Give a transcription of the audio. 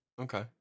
Okay